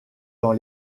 dans